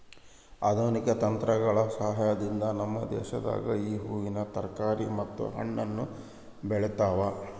ಆಧುನಿಕ ತಂತ್ರಗಳ ಸಹಾಯದಿಂದ ನಮ್ಮ ದೇಶದಾಗ ಈ ಹೂವಿನ ತರಕಾರಿ ಮತ್ತು ಹಣ್ಣನ್ನು ಬೆಳೆತವ